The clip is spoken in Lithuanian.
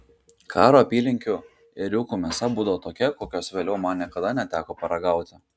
karo apylinkių ėriukų mėsa būdavo tokia kokios vėliau man niekada neteko paragauti